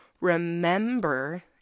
remember